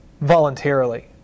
voluntarily